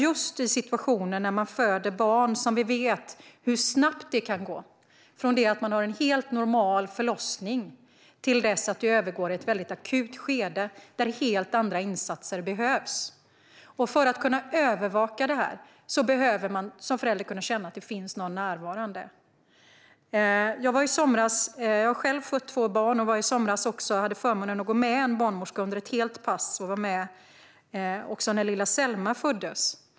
Just i situationer när barn föds vet vi hur snabbt det kan gå från en helt normal förlossning till ett akut skede där helt andra insatser behövs, och en förälder behöver känna att det finns någon närvarande som kan övervaka det här. Jag har själv fött två barn och hade i somras också förmånen att få gå med en barnmorska under ett helt pass. Jag var även med när lilla Selma föddes.